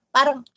Parang